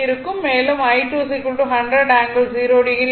மேலும் I2 100 ∠0o r Y2